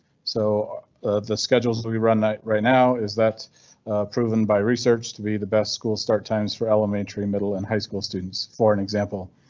so the schedules that we run that right now is that proven by research to be the best school start times for elementary, middle and high school students. for an example.